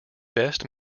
best